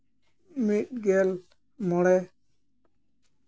ᱢᱤᱫ ᱜᱮᱞ ᱢᱚᱬᱮ